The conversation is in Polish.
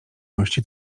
ności